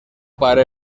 pare